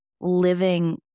living